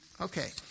okay